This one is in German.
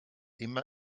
immer